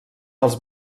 els